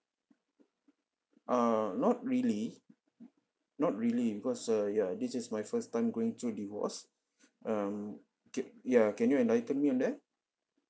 err not really not really because uh ya this is my first time going through a divorce um c~ ya can you enlighten me on that